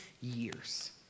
years